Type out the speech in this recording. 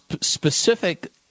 specific